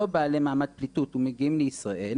בעלי מעמד פליטות והם מגיעים לישראל,